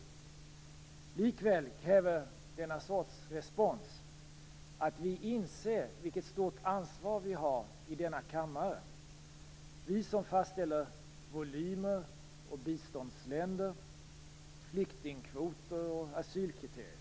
Likväl kräver denna sorts respons att vi inser vilket stort ansvar vi har i denna kammare, vi som fastställer volymer, biståndsländer, flyktingkvoter och asylkriterier.